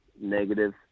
negative